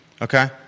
Okay